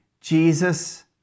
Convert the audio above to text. Jesus